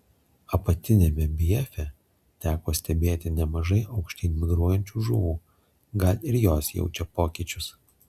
apatiniame bjefe teko stebėti nemažai aukštyn migruojančių žuvų gal ir jos jaučia pokyčius